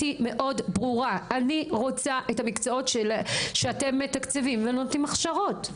אני רוצה את המקצועות שאתם מתקצבים ונותנים הכשרות.